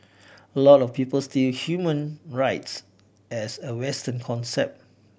a lot of people still human rights as a Western concept